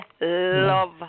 love